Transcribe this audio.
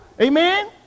Amen